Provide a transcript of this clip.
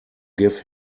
give